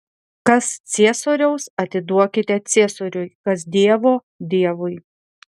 kas ciesoriaus atiduokite ciesoriui kas dievo dievui